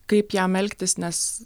kaip jam elgtis nes